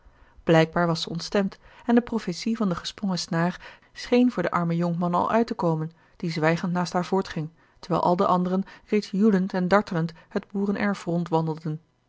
blijkbaar was zij ontstemd en de profetie van de gesprongen snaar scheen voor den armen jonkman al uit te komen die zwijgend naast haar voortging terwijl al de anderen reeds joelend en dartelend het boerenerf rondwandelden